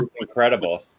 incredible